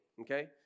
Okay